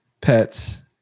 pets